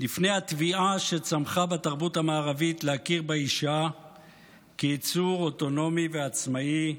לפני התביעה שצמחה בתרבות המערבית להכיר באישה כיצור אוטונומי ועצמאי,